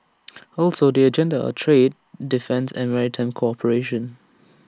also the agenda are trade defence and maritime cooperation